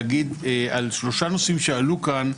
להגיד על שלושה נושאים שעלו כאן,